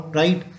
right